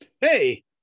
hey